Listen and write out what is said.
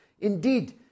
Indeed